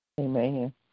Amen